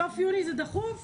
סוף יוני זה דחוף?